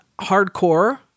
hardcore